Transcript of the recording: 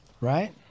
Right